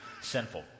sinful